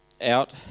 out